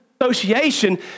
association